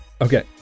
Okay